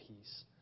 peace